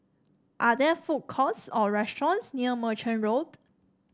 are there food courts or restaurants near Merchant Road